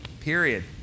period